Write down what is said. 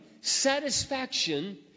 satisfaction